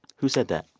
who said that?